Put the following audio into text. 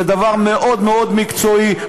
זה דבר מאוד מקצועי.